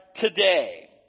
today